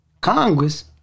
Congress